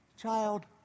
child